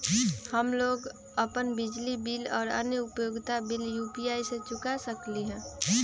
हम लोग अपन बिजली बिल और अन्य उपयोगिता बिल यू.पी.आई से चुका सकिली ह